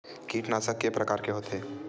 कीटनाशक के प्रकार के होथे?